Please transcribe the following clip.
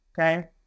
Okay